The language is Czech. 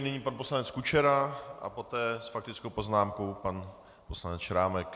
Nyní pan poslanec Kučera a poté s faktickou poznámkou pan poslanec Šrámek.